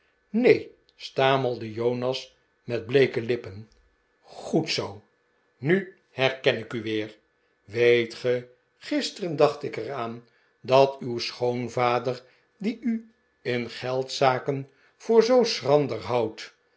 neen stamelde jonas met bleeke lippen goed zoo nu herken ik u weer weet ge gisteren dacht ik er aan dat uw schoonvader die u in geldzaken voor zoo schrander houdt